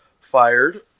fired